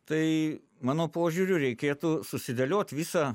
tai mano požiūriu reikėtų susidėliot visą